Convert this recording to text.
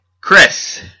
Chris